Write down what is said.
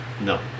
No